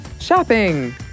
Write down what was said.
shopping